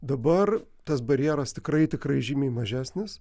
dabar tas barjeras tikrai tikrai žymiai mažesnis